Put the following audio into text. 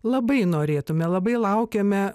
labai norėtume labai laukiame